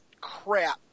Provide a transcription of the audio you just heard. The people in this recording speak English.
crap